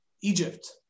Egypt